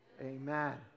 amen